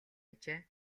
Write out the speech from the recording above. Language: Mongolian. ажээ